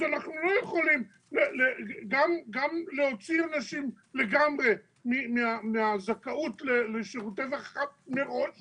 אז אנחנו לא יכולים גם להוציא אנשים לגמרי מהזכאות לשירותי רווחה מראש